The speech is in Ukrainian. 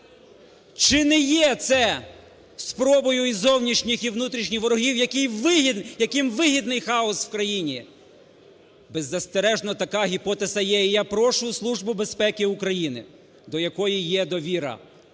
Чи не є це спробою зовнішніх і внутрішніх ворогів, яким вигідний хаос в країні? Беззастережно така гіпотеза є і я прошу Службу безпеки України до якої ж довіра,